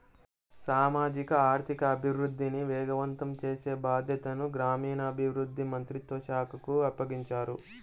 సామాజిక ఆర్థిక అభివృద్ధిని వేగవంతం చేసే బాధ్యతను గ్రామీణాభివృద్ధి మంత్రిత్వ శాఖకు అప్పగించారు